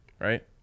Right